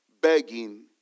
begging